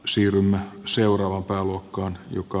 syvimmän seuraavan pääluokkaan joka